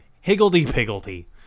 higgledy-piggledy